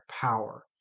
power